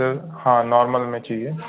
हाँ नॉर्मल में चाहिए